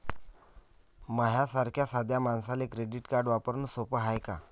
माह्या सारख्या साध्या मानसाले क्रेडिट कार्ड वापरने सोपं हाय का?